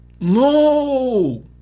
No